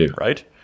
right